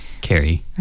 Carrie